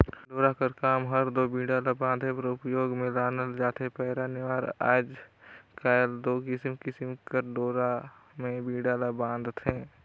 डोरा कर काम हर दो बीड़ा ला बांधे बर उपियोग मे लानल जाथे पैरा, नेवार अउ आएज काएल दो किसिम किसिम कर डोरा मे बीड़ा ल बांधथे